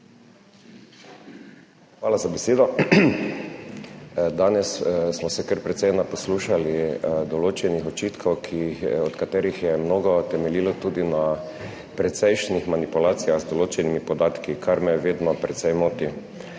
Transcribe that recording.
Hvala za besedo. Danes smo se kar precej naposlušali določenih očitkov, od katerih je mnogo temeljilo tudi na precejšnjih manipulacijah z določenimi podatki, kar me vedno precej moti.